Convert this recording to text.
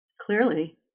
Clearly